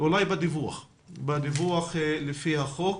בדיווח לפי החוק,